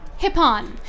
Hippon